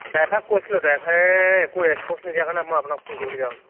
ডাইভাৰক কৈছিলোঁ ডাইভাৰে একো ৰেছপে'ন্ছ নিদিয়াৰ বাবে মই আপোনাক ফোন কৰিবলগীয়া হ'ল